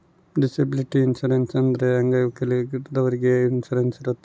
disability insurance ಅಂದ್ರೆ ಅಂಗವಿಕಲದವ್ರಿಗೆ insurance ಇರುತ್ತೆ